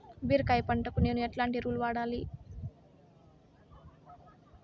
బీరకాయ పంటకు నేను ఎట్లాంటి ఎరువులు వాడాలి?